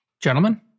Gentlemen